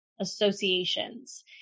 associations